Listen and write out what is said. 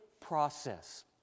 process